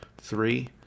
Three